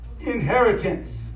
inheritance